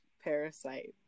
parasite